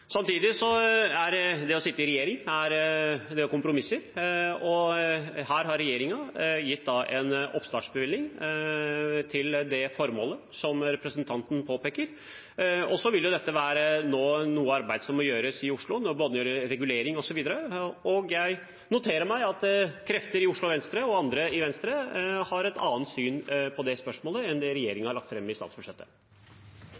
Samtidig er det slik at når man sitter i regjering, er det kompromisser, og her har regjeringen gitt en oppstartsbevilgning til det formålet som representanten påpeker. Nå vil dette være et arbeid som må gjøres i Oslo, med regulering osv. Jeg noterer meg at krefter i Oslo Venstre og andre i Venstre har et annet syn på det spørsmålet enn det